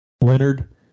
leonard